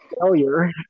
failure